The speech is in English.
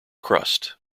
crust